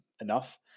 enough